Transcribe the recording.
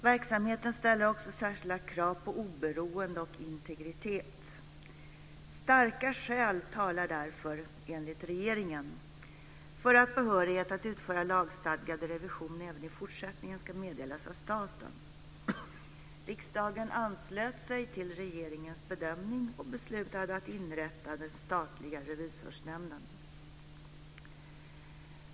Verksamheten ställer också särskilda krav på oberoende och integritet. Starka skäl talar därför, enligt regeringen, för att behörighet att utföra lagstadgad revision även i fortsättningen ska meddelas av staten. Riksdagen anslöt sig till regeringens bedömning och beslutade att inrätta den statliga Revisorsnämnden.